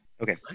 Okay